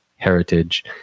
Heritage